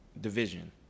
division